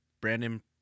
Brandon